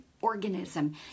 organism